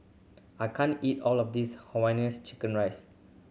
I can't eat all of this Hainanese chicken rice